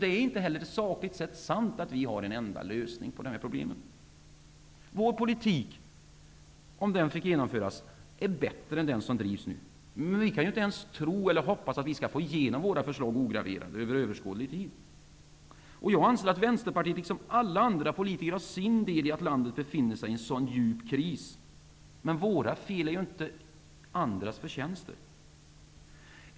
Det är heller inte sakligt sant att vi har lösningen på problemen. Vår politik, om den fick genomföras, är bättre än den som nu drivs. Men vi kan varken tro eller hoppas på möjligheten att vi under överskådlig tid får igenom våra förslag ograverade. Jag anser att vi i Vänsterpartiet, liksom alla andra politiker, har del i att landet befinner sig i en sådan djup kris. Men våra fel är så att säga inte andras förtjänster.